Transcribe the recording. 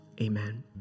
amen